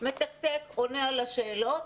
עונה על השאלות